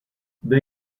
the